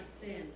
sin